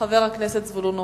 חבר הכנסת זבולון אורלב.